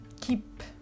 keep